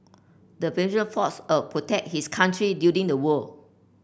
the fought a protect his country during the war